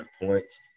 points